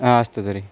आ अस्तु तर्हि